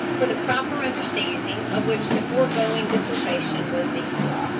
for the proper understanding of which the foregoing dissertation was needful.